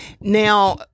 Now